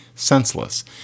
senseless